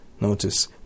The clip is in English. Notice